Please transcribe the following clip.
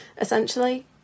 essentially